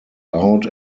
out